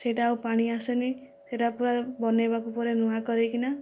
ସେଇଟା ଆଉ ପାଣି ଆସୁନି ସେଇଟା ପୁରା ବନେଇବାକୁ ପୁରା ନୂଆ କରିକିନା